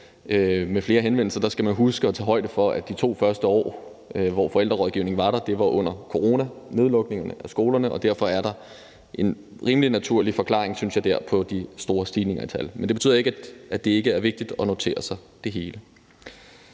Forældres tal skal man huske at tage højde for, at de to første år, hvor forældrerådgivningen var der, var under coronanedlukningen af skolerne, og derfor er der en rimelig naturlig forklaring, synes jeg, på de store stigninger i tallene. Men det betyder ikke, at det ikke er vigtigt at notere sig det hele.